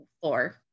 floor